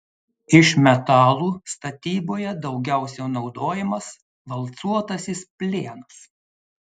iš metalų statyboje daugiausiai naudojamas valcuotasis plienas